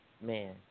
man